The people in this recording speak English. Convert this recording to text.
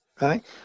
right